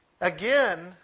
Again